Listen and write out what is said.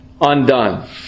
Undone